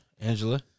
Angela